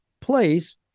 place